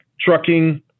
trucking